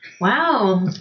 Wow